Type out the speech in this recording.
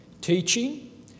teaching